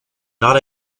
not